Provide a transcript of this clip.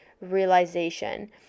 realization